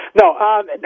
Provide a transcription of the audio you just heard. No